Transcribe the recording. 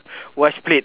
wash plate